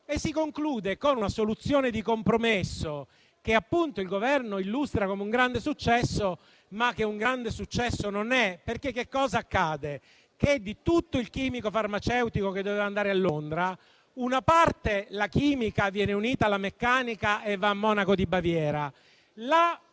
e si conclude con una soluzione di compromesso, che appunto il Governo illustra come un grande successo, ma che tale non è. Cosa accade? Di tutto il chimico farmaceutico che doveva andare a Londra, una parte, la chimica, viene unita alla meccanica e va a Monaco di Baviera.